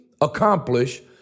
accomplish